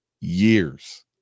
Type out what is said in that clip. years